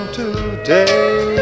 today